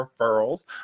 referrals